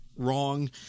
Wrong